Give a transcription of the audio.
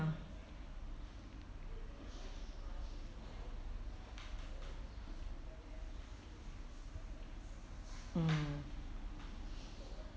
mm